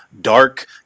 Dark